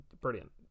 brilliant